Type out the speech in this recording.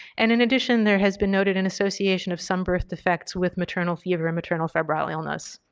and in addition there has been noted in association of some birth defects with maternal fever and maternal febrile illness.